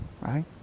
Right